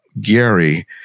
Gary